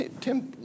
Tim